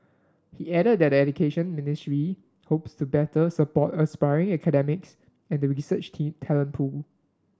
he added that the Education Ministry hopes to better support aspiring academics and the research team talent pool